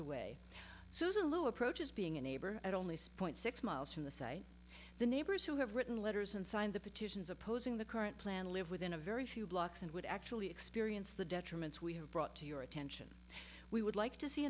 away susan lou approaches being a neighbor at only sport six miles from the site the neighbors who have written letters and signed the petitions opposing the current plan live within a very few blocks and would actually experience the detriments we have brought to your attention we would like to see